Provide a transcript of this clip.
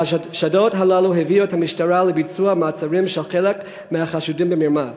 החשדות הללו הביאו את המשטרה לביצוע מעצרים של חלק מהחשודים במרמה.